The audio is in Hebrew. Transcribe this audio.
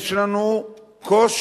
יש לנו קושי,